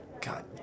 God